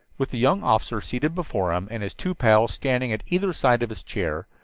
with the young officer seated before him, and his two pals standing at either side of his chair,